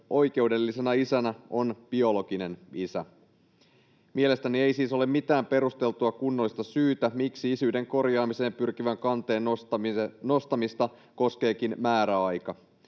oikeudellisena isänä on biologinen isä. Mielestäni ei siis ole mitään perusteltua, kunnollista syytä, miksi isyyden korjaamiseen pyrkivän kanteen nostamista koskeekin määräaika.